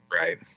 Right